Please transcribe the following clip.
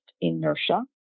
inertia